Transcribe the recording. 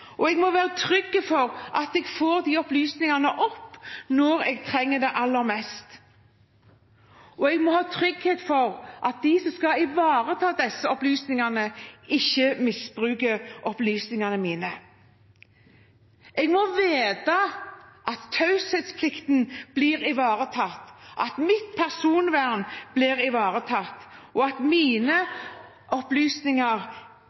Jeg må være trygg på at jeg får opp disse opplysningene når jeg trenger det aller mest. Og jeg må ha trygghet for at de som skal ivareta disse opplysningene, ikke misbruker opplysningene mine. Jeg må vite at taushetsplikten blir ivaretatt, at mitt personvern blir ivaretatt, og at